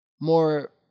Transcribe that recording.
more